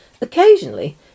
Occasionally